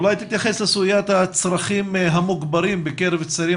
תתייחס לסוגיית הצרכים המוגברים בקרב הצעירים